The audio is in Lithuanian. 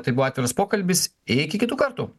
tai buvo atviras pokalbis iki kitų kartų